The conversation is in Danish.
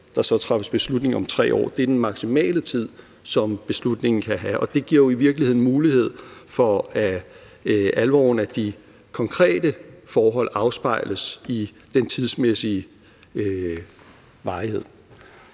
der så skal træffes beslutning om 3 år. Det er den maksimale tid, som beslutningen kan have, og det giver jo i virkeligheden mulighed for, at alvoren af de konkrete forhold afspejles i den tidsmæssige varighed.